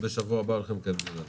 בשבוע הבא נקיים את הדיון הזה.